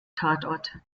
tatort